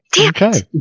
Okay